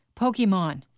Pokemon